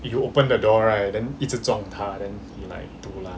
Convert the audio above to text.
you open the door right then 一直撞它 then like dulan